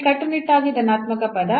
ಇಲ್ಲಿ ಕಟ್ಟುನಿಟ್ಟಾಗಿ ಧನಾತ್ಮಕ ಪದ